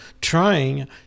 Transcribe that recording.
trying